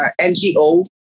NGO